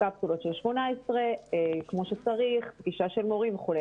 קפסולות של 18, כמו שצריך, פגישה של מורים וכולי.